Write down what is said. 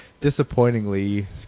disappointingly